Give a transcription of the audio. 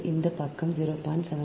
75 that is this is also 0